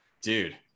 dude